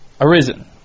arisen